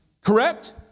Correct